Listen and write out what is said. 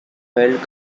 held